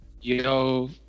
Yo